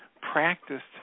practiced